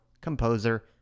composer